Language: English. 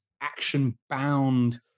action-bound